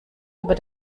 über